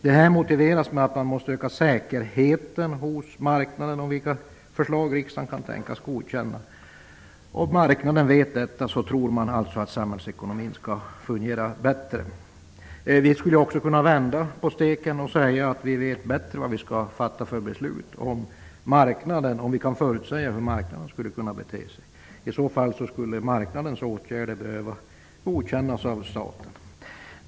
Detta motiveras med att man måste öka säkerheten hos marknaden om vilka förslag riksdagen kan tänkas godkänna. Om marknaden vet detta tror man alltså att samhällsekonomin skall fungera bättre. Vi skulle ju också kunna vända på steken och säga att vi politiker bättre vet vilka beslut som skall fattas om vi kan förutsäga hur marknaden skulle komma att bete sig. I så fall skulle marknadens åtgärder behöva godkännas av staten.